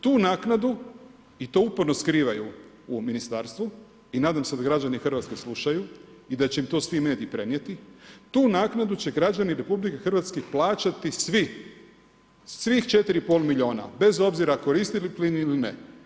Tu naknadu i to uporno skrivaju u Ministarstvu i nadam se da građani Hrvatske slušaju i da će im to svi mediji prenijeti, tu naknadu će građani RH plaćati svi, svih 4,5 miliona bez obzira koristili plin ili ne.